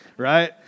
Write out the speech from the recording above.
Right